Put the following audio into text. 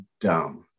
dumb